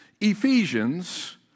Ephesians